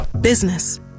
Business